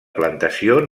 plantació